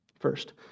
First